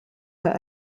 her